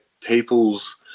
people's